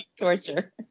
torture